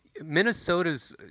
Minnesota's